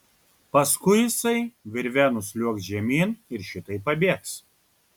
paskui jisai virve nusliuogs žemyn ir šitaip pabėgs